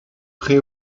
pré